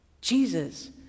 Jesus